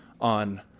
on